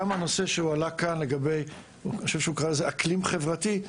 כנ"ל גם הנושא שהועלה כאן לגבי אקלים חברתי.